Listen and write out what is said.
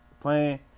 Playing